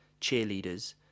cheerleaders